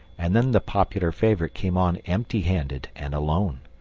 and then the popular favourite came on empty-handed and alone.